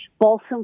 Balsam